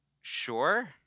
Sure